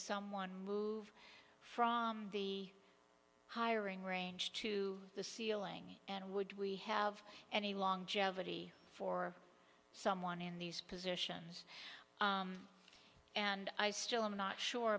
someone move from the hiring range to the ceiling and would we have any long jeopardy for someone in these positions and i still am not sure